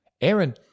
Aaron